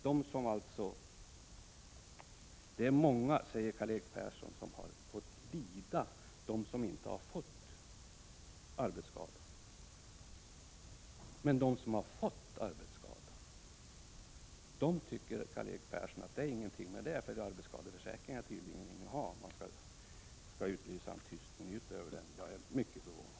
Det är många som fått lida utan att få arbetsskadeersättning, säger Karl-Erik Persson. Men enligt Karl-Erik Persson tycker de som har fått ersättning att det inte är någonting med den. Arbetsskadeförsäkringen är tydligen inget att ha. Man skall utlysa en tyst minut över den. Jag är mycket förvånad.